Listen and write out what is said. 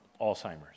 Alzheimer's